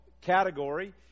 category